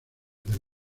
del